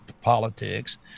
politics